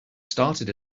started